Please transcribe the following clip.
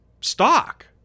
stock